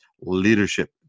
leadership